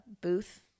booth